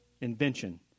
Invention